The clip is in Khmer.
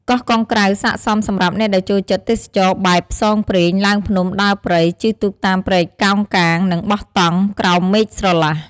កោះកុងក្រៅស័ក្តិសមសម្រាប់អ្នកដែលចូលចិត្តទេសចរណ៍បែប ផ្សងព្រេង ឡើងភ្នំ ដើរព្រៃ ជិះទូកតាមព្រែកកោងកាង និងបោះតង់ ក្រោមមេឃស្រឡះ។